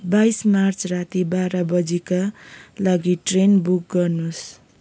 बाइस मार्च राति बाह्र बजीका लागि ट्रेन बुक गर्नुहोस्